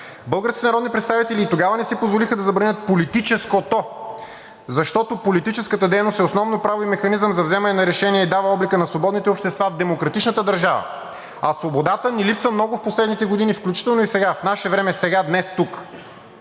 Българските народни представители и тогава не си позволиха да забранят политическото, защото политическата дейност е основно право и механизъм за вземане на решение и дава облика на свободните общества в демократичната държава, а свободата ни липсва много в последните години, включително и сега – в наше време, сега днес тук.